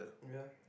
yeah